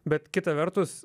bet kita vertus